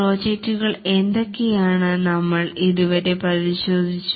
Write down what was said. പ്രോജക്റ്റുകൾ എന്തൊക്കെയാണെന്ന് നമ്മൾ ഇതുവരെ പരിശോധിച്ചു